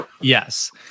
Yes